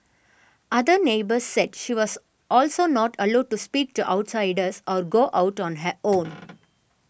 other neighbours said she was also not allowed to speak to outsiders or go out on her own